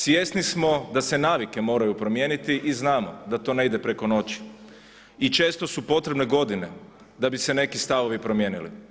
Svjesni smo da se navike moraju promijeniti i znamo da to ne ide preko noći i često su potrebne godine da bi se neki stavovi promijenili.